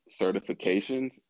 certifications